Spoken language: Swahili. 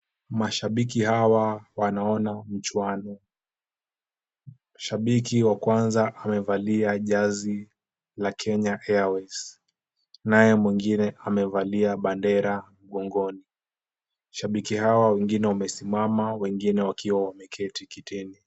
Mashabiki hawa wanaona mchuano. Shabiki wa kwanza amevalia jezi la Kenya Airways , naye mwengine amevalia bendera mgongoni. Mashabiki hawa wengine wamesimama wengine wakiwa wameketi kitini.